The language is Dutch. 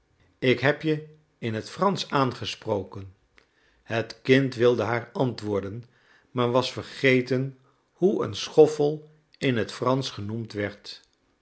ik heb je in het fransch aangesproken het kind wilde haar antwoorden maar was vergeten hoe een schoffel in het fransch genoemd werd